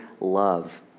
love